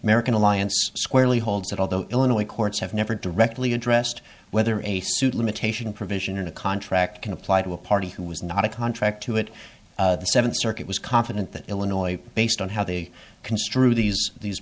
american alliance squarely holds that although illinois courts have never directly addressed whether a suit limitation provision in a contract can apply to a party who was not a contract to it the seventh circuit was confident that illinois based on how they construe these these